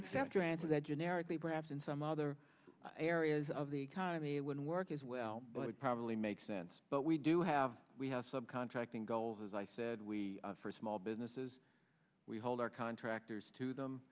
accept your answer that generically perhaps in some other areas of the economy it wouldn't work as well but it probably makes sense but we do have we have some contracting goals as i said we for small businesses we hold our contractors to